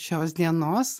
šios dienos